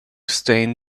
stain